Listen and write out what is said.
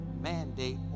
mandate